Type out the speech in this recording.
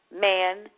man